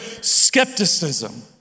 skepticism